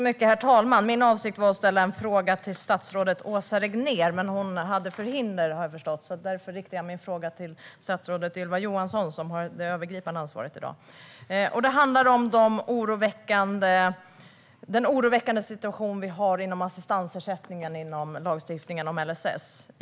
Herr talman! Min avsikt var att ställa en fråga till statsrådet Åsa Regnér, men hon hade förhinder. Därför riktar jag min fråga till statsrådet Ylva Johansson, som har det övergripande ansvaret i dag. Min fråga gäller den oroväckande situationen i assistansersättningen inom lagstiftningen LSS.